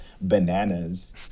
bananas